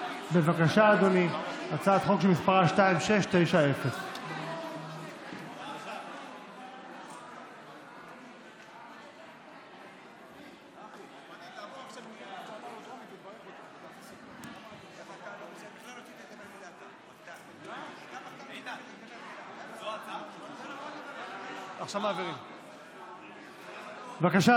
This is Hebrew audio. הצעת חוק שמספרה 2690. בבקשה,